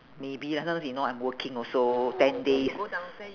maybe lah sometimes you know I'm working also ten days